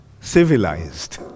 civilized